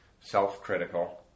self-critical